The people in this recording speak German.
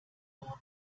wird